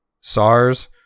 SARS